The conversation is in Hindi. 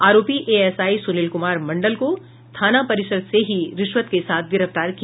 आरोपी एएसआई सुनील कुमार मंडल को थाना परिसर से ही रिश्वत के साथ गिरफ्तार किया